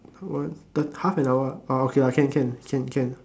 one half an hour orh okay lah can can can can